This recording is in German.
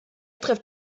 trifft